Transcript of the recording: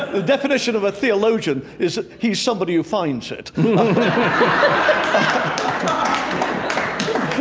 the definition of a theologian is he's somebody who finds it um